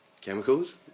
chemicals